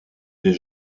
des